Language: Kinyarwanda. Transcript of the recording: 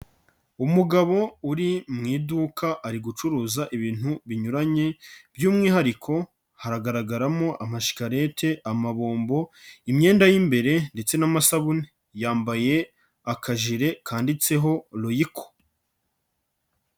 Umugabo uri mu iduka ari gucuruza ibintu binyuranye by'umwihariko hagaragaramo amashikareti, amabombo, imyenda y'imbere ndetse n'amasabune, yambaye akajire kanditseho royiko.